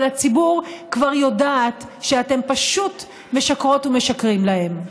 אבל הציבור כבר יודעת שאתם פשוט משקרות ומשקרים להם.